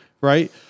right